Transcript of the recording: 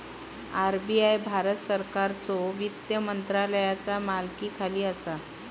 RBI Bharat सरकारच्यो वित्त मंत्रालयाचा मालकीखाली असा